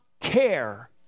care